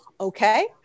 okay